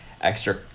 extra